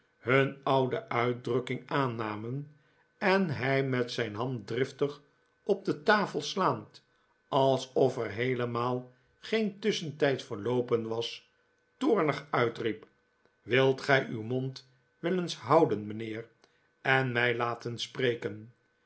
hun oude uitdrukking aannamen en hij met zijn hand driftig op de tafel slaand alsof er heelemaal geen tusschentijd verloopen was toornig uitriep wilt gij uw mond wel eens houden mijnheer en mij laten spreken